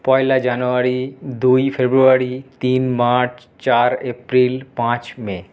পয়লা জানুয়ারি দুই ফেব্রুয়ারি তিন মার্চ চার এপ্রিল পাঁচ মে